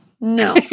No